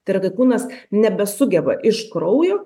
tai yra kai kūnas nebesugeba iš kraujo